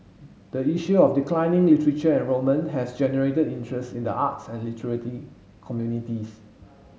the issue of declining literature enrolment has generated interest in the arts and literary communities